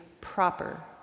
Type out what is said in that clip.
proper